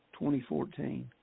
2014